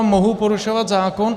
Mohu porušovat zákon?